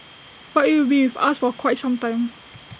but IT will be with us for quite some time